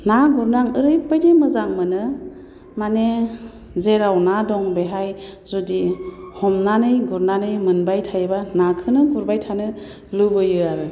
ना गुरनो आं ओरैबादि मोजां मोनो माने जेराव ना दं बेहाय जुदि हमनानै गुरनानै मोनबाय थायोब्ला नाखौनो गुरबाय थानो लुबैयो आरो